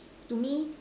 to me